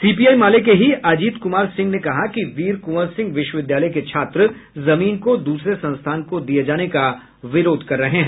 CPI माले के ही अजीत कुमार सिंह ने कहा कि वीर कुंवर सिंह विश्वविद्यालय के छात्र जमीन को दूसरे संस्थान को दिये जाने का विरोध कर रहे हैं